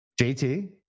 JT